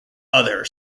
other